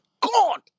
god